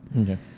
okay